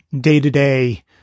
day-to-day